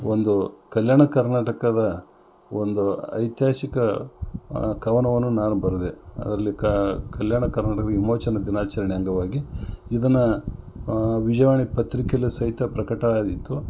ಒಂದು ಕಲ್ಯಾಣ ಕರ್ನಾಟಕದ ಒಂದು ಐತಿಹಾಸಿಕ ಕವನವನ್ನು ನಾನು ಬರೆದೆ ಅದರಲ್ಲಿ ಕಲ್ಯಾಣ ಕರ್ನಾಟಕದ ವಿಮೋಚನಾ ದಿನಾಚರಣೆ ಅಂಗವಾಗಿ ಇದನ್ನು ವಿಜಯವಾಣಿ ಪತ್ರಿಕೆಯಲ್ಲೂ ಸಹಿತ ಪ್ರಕಟ ಆಯಿತು